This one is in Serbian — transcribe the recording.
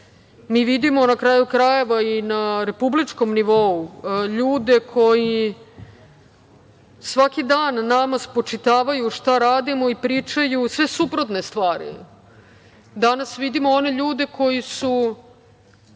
vidimo na kraju krajeva i na republičkom nivou ljude koji svaki dan nam spočitavaju šta radimo i pričaju sve suprotne stvari. Danas vidimo ne ljude koji su